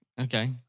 Okay